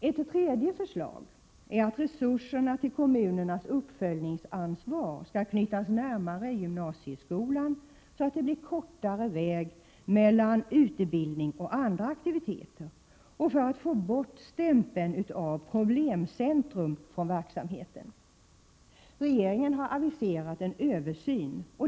Ett tredje förslag är att resurserna till kommunernas uppföljningsansvar skall knytas närmare gymnasieskolan så att det blir kortare väg mellan utbildning och andra aktiviteter och för att få bort stämpeln av ”problemcentrum” från verksamheten. Regeringen har aviserat en översyn.